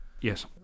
yes